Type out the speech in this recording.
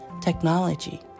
technology